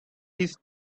his